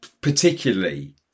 particularly